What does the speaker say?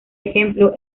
ejemplo